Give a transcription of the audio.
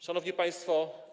Szanowni Państwo!